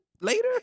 Later